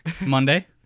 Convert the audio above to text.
Monday